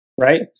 right